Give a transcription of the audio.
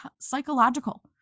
psychological